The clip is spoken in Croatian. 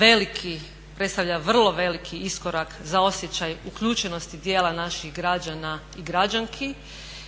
veliki, predstavlja vrlo veliki iskorak za osjećaj uključenosti dijela naših građana i građanki